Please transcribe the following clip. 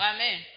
Amen